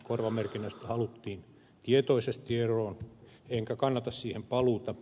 korvamerkinnästä haluttiin tietoisesti eroon enkä kannata siihen paluuta